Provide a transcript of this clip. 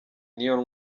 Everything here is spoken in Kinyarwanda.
n’iyo